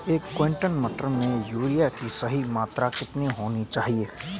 एक क्विंटल मटर में यूरिया की सही मात्रा कितनी होनी चाहिए?